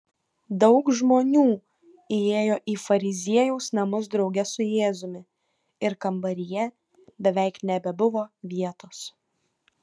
daug žmonių įėjo į fariziejaus namus drauge su jėzumi ir kambaryje beveik nebebuvo vietos